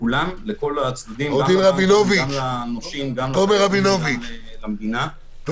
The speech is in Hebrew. צריך להיות מאגר לאנשים שההתמחות שלהם היא ניהול --- טוב,